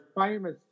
famous